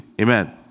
Amen